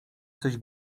coś